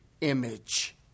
image